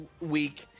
week